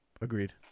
agreed